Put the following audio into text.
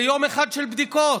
זה יום אחד של בדיקות.